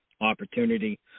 opportunity